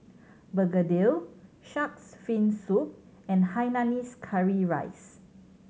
begedil Shark's Fin Soup and Hainanese curry rice